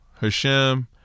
Hashem